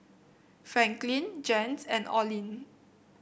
Franklin Jens and Oline